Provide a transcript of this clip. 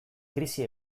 krisi